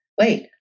Wait